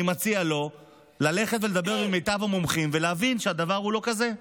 אני מציע לו ללכת ולדבר עם מיטב המומחים ולהבין שהדבר הוא לא כזה.